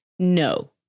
No